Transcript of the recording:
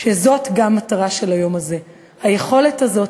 שזאת גם מטרה של היום הזה: היכולת הזאת